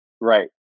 right